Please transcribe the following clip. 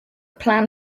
plan